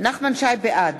בעד